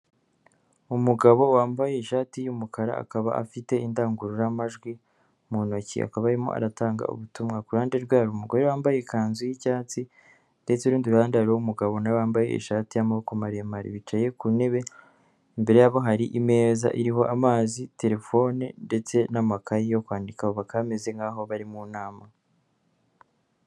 Umugabo wambaye ishati y'umukara akaba afite indangururamajwi mu ntoki akaba arimo aratanga ubutumwa kuruhande rwe hari umugore wambaye ikanzu y'icyatsi ndetse urundi ruhande rw'umugabo nawe wambaye ishati y'amaboko maremare bicaye ku ntebe imbere yabo hari imeza iriho amazi, telefone, ndetse n'amakayi yo kwandika vuba baka bameze nk'aho bari mu nama.